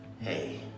hey